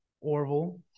Orville